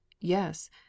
Yes